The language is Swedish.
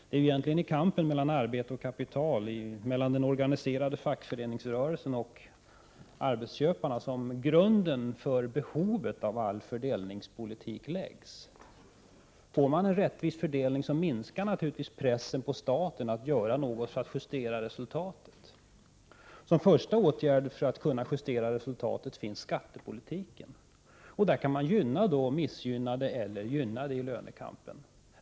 Det är ju kampen mellan arbete och kapital, mellan den organiserade fackföreningsrörelsen och arbetsköparna, som utgör grunden för behovet av all fördelningspolitik som förs. Om fördelningen är rättvis minskar naturligtvis pressen på staten att göra något för att justera resultatet. Som en första åtgärd för att justera resultatet finns skattepolitiken. Genom skattepolitiken kan man gynna missgynnade eller gynnade i lönekampen.